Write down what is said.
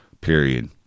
period